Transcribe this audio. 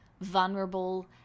vulnerable